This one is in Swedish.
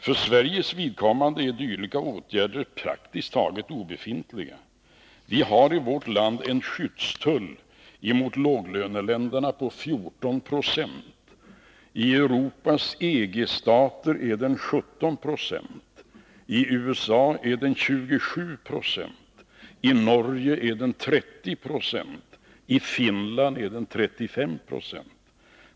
För Sveriges vidkommande är dylika åtgärder praktiskt taget obefintliga. Vi har i vårt land en skyddstull gentemot låglöneländerna på 14 96. I Europas EG-stater är den 17 96, i USA 27 Jo, i Norge 30 Zo och i Finland 35 96.